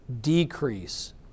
decrease